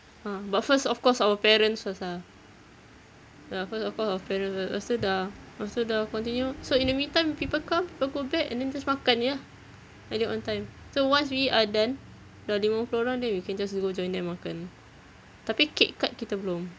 ah but first of course our parents first ah ya of course of course our parents first lepas tu dah lepas tu dah continue ah so in the meantime people come people go back and then just makan jer ah like that one time so once we are done dah lima puluh orang then we can just go join them makan tapi cake cut kita belum